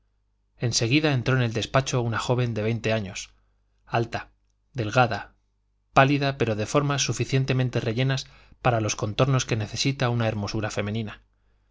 seguida entró en el despacho una joven de veinte años alta delgada pálida pero de formas suficientemente rellenas para los contornos que necesita la hermosura femenina la